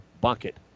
bucket